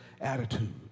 attitude